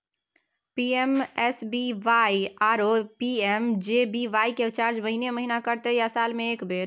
PMSBY आरो PMJBY के charge महीने महीना कटते या साल म एक बेर?